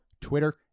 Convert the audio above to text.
Twitter